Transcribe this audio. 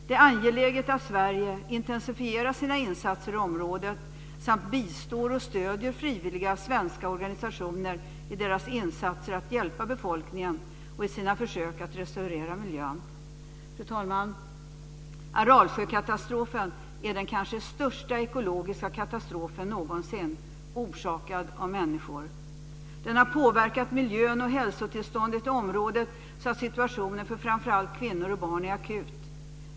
Det är angeläget att Sverige intensifierar sina insatser i området samt bistår och stöder frivilliga svenska organisationer i deras insatser för att hjälpa befolkningen och restaurera miljön. Fru talman! Aralsjökatastrofen är den kanske största ekologiska katastrofen någonsin, orsakad av människor. Den har påverkat miljön och hälsotillståndet i området så att situationen för framför allt kvinnor och barn är akut.